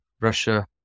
Russia